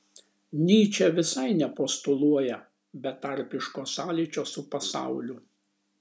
nyčė visai nepostuluoja betarpiško sąlyčio su pasauliu